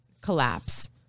collapse